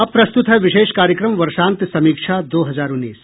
अब प्रस्तुत है विशेष कार्यक्रम वर्षान्त समीक्षा दो हजार उन्नीस